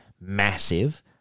massive